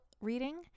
reading